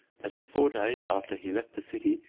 that in four days after he left the city,